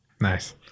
nice